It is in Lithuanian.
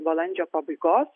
balandžio pabaigos